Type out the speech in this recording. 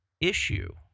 issue